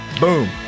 Boom